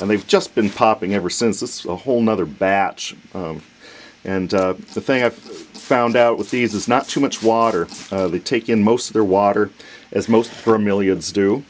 and they've just been popping ever since that's a whole nother batch and the thing i've found out with these is not too much water they take in most of their water as most for millions do